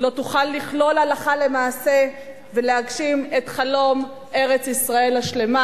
לא תוכל לכלול הלכה למעשה ולהגשים את חלום ארץ-ישראל השלמה.